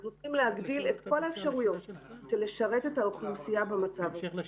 אנחנו צריכים להגדיל את כל האפשרויות כדי לשרת את האוכלוסייה במצב הזה.